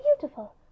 beautiful